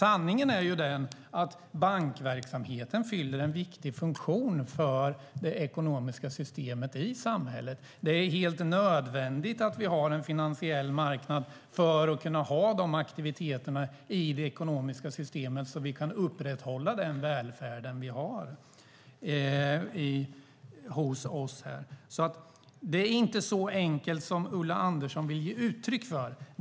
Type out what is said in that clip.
Sanningen är att bankverksamheten fyller en viktig funktion för det ekonomiska systemet i samhället. Det är helt nödvändigt att vi har en finansiell marknad för att kunna ha aktiviteter i det ekonomiska systemet så att vi kan upprätthålla den välfärd som vi har. Det är inte så enkelt som Ulla Andersson vill ge uttryck för.